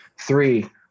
three